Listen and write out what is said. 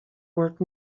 work